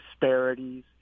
disparities